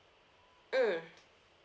mm